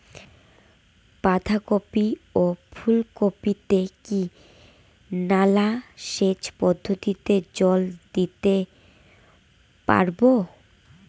বাধা কপি ও ফুল কপি তে কি নালা সেচ পদ্ধতিতে জল দিতে পারবো?